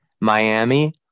Miami